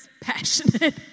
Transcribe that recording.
passionate